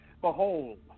Behold